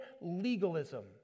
legalism